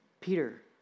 Peter